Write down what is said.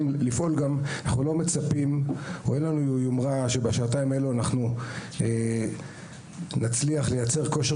אנחנו לא מצפים או אין לנו יומרה שבשעתיים האלה נצליח לייצר כושר